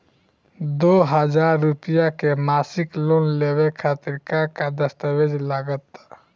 दो हज़ार रुपया के मासिक लोन लेवे खातिर का का दस्तावेजऽ लग त?